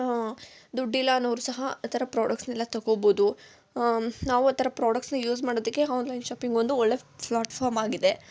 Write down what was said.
ದುಡ್ಡಿಲ್ಲ ಅನ್ನೋರು ಸಹ ಆ ಥರ ಪ್ರಾಡಕ್ಟ್ಸ್ನ್ನೆಲ್ಲ ತೊಗೋಬೋದು ನಾವು ಆ ಥರ ಪ್ರಾಡಕ್ಟ್ಸ್ನು ಯೂಸ್ ಮಾಡೋದಕ್ಕೆ ಆನ್ಲೈನ್ ಶಾಪಿಂಗ್ ಒಂದು ಒಳ್ಳೆ ಪ್ಲಾಟ್ ಫಾರ್ಮ್ ಆಗಿದೆ